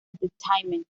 entertainment